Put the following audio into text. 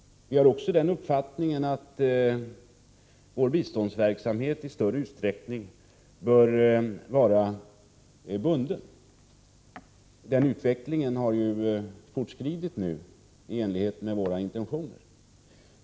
Vi har också den uppfattningen att vår biståndsverksamhet i större utsträckning bör vara bunden — den utvecklingen har fortskridit i enlighet med våra intentioner.